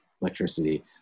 electricity